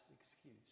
excuse